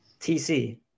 TC